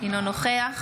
אינו נוכח